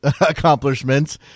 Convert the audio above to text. accomplishments